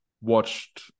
watched